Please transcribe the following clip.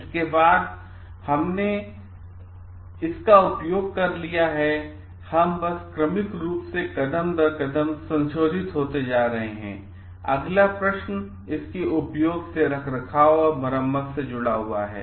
इसके बाद जब हमने इसका उपयोग कर लिया है हम बस क्रमिक रूप से कदम दर कदम संशोधित होते जा रहे हैं अगला प्रश्न इसके उपयोग से रखरखाव और मरम्मत जुड़ा है